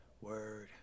Word